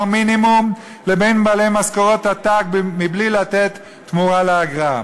מינימום לבין בעלי משכורות עתק בלי לתת תמורה לאגרה.